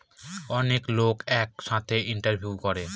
অনেক লোক এক সাথে ইনভেস্ট করে